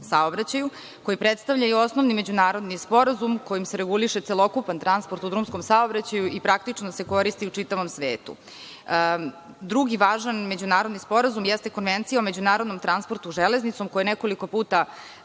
saobraćaju, koji predstavlja osnovni međunarodni sporazum kojim se reguliše celokupan transport u drumskom saobraćaju i praktično se koristi u čitavom svetu. Drugi važan međunarodni sporazum jeste Konvencija o međunarodnom transportu železnicom, koja je nekoliko puta